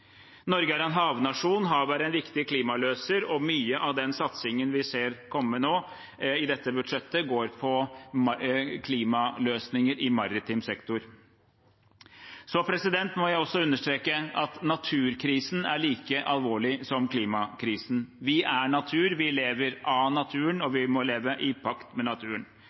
Norge er en havnasjon, havet er en viktig klimaløser, og mye av den satsingen vi ser komme nå i dette budsjettet, går på klimaløsninger i maritim sektor. Jeg må også understreke at naturkrisen er like alvorlig som klimakrisen. Vi er natur, vi lever av naturen, og vi må leve i pakt med naturen.